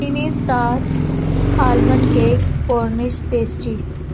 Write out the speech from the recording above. tiny star almond cake cornish pasty